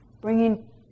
Bringing